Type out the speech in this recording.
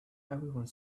everyone